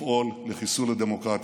לפעול לחיסול הדמוקרטיה.